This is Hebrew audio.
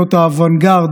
להיות האוונגרד,